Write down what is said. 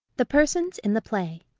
the persons in the play